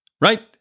right